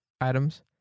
items